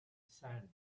sand